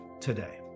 today